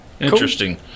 Interesting